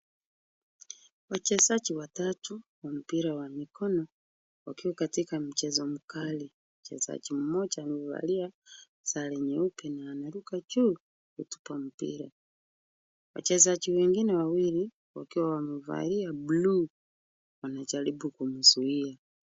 Wachezaji watatu wa mpira wa mikono akiwa katika mchezo mkali. Mchezaji mmoja amevalia sare nyeupe na anaruka juu kuchukua mpira. Wachezaji wengine wawili wakiwa wamevalia blue wanajaribu kumzuia.